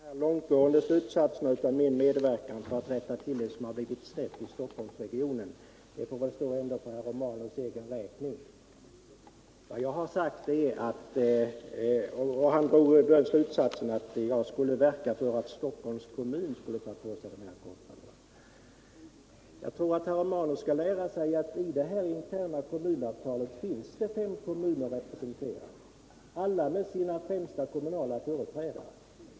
Herr talman! Så här långtgående slutsatser av min önskan att medverka till att rätta till det som har gått snett i Stockholmsregionen får väl ändå stå för herr Romanus” egen räkning. Han menade ju att jag skulle verka för att Stockholms kommun skulle ta på sig de här kostnaderna. Herr Romanus skall nog lära sig att i det här interna kommunavtalet finns fem kommuner representerade, alla med sina främsta kommunalmän.